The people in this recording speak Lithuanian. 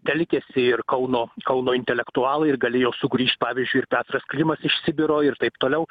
telkėsi ir kauno kauno intelektualai ir galėjo sugrįžt pavyzdžiui ir petras klimas iš sibiro ir taip toliau